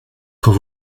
quand